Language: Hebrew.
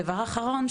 דבר אחרון,